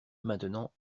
maintenant